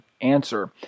answer